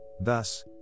thus